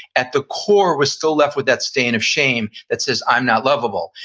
at the core we're still left with that stain of shame that says, i'm not lovable.